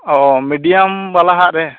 ᱚᱸᱻ ᱢᱤᱰᱤᱭᱟᱢ ᱵᱟᱞᱟ ᱦᱟᱜ ᱨᱮ